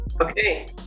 Okay